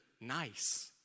nice